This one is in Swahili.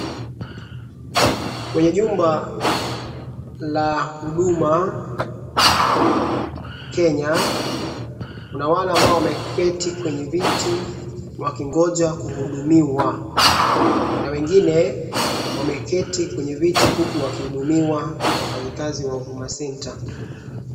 Kwenye jumba la Huduma Kenya kuna wale ambao wameketi kwenye viti wakingoja kuhudumiwa. Kuna wengine wameketi kwenye viti huku wakihudumiwa na wafanyikazi wa Huduma Center.